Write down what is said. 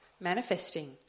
Manifesting